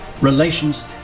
Relations